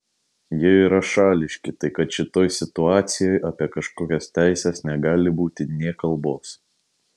jie yra šališki taip kad šitoj situacijoj apie kažkokias teises negali būti nė kalbos